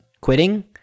quitting